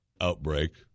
outbreak